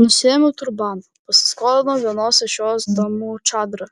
nusiėmiau turbaną pasiskolinau vienos iš jos damų čadrą